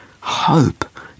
hope